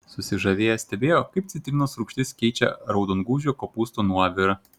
susižavėję stebėjo kaip citrinos rūgštis keičia raudongūžio kopūsto nuovirą